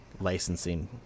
licensing